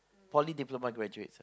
poly diploma graduates ah